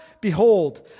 behold